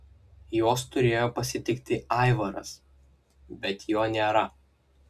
juos turėjo pasitikti aivaras bet jo nėra